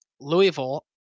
Louisville